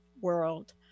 world